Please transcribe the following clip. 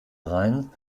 rhein